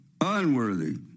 unworthy